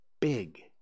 big